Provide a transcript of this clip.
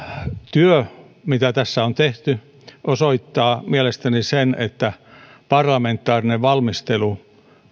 työ mitä tässä on tehty osoittaa mielestäni sen että parlamentaarinen valmistelu